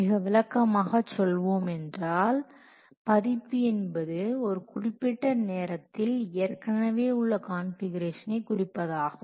மிக விளக்கமாக சொல்வோம் என்றால் பதிப்பு என்பது ஒரு குறிப்பிட்ட நேரத்தில் ஏற்கனவே உள்ள கான்ஃபிகுரேஷனை குறிப்பதாகும்